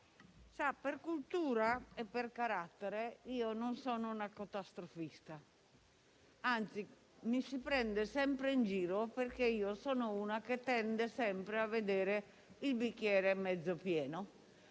per cultura e per carattere non sono una catastrofista; anzi, mi si prende sempre in giro perché sono una persona che tende sempre a vedere il bicchiere mezzo pieno,